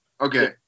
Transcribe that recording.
Okay